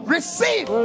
Receive